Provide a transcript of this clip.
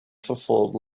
fulfilled